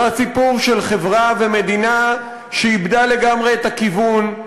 זה הסיפור של חברה ומדינה שאיבדו לגמרי את הכיוון,